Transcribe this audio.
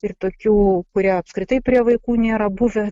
ir tokių kurie apskritai prie vaikų nėra buvę